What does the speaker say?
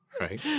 right